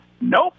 nope